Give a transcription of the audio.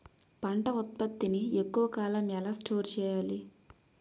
పంట ఉత్పత్తి ని ఎక్కువ కాలం ఎలా స్టోర్ చేయాలి?